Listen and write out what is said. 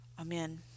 Amen